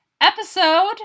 Episode